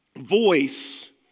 voice